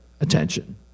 attention